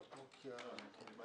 אני מעדיף בסוף.